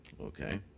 Okay